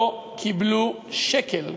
לא קיבלו שקל.